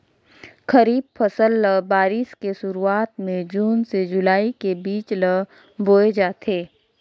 खरीफ फसल ल बारिश के शुरुआत में जून से जुलाई के बीच ल बोए जाथे